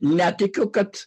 netikiu kad